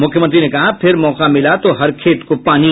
मुख्यमंत्री ने कहा फिर मौका मिला तो हर खेत को पानी